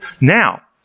Now